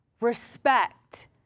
respect